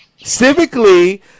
Civically